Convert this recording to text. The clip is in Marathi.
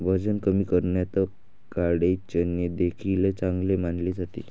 वजन कमी करण्यात काळे चणे देखील चांगले मानले जाते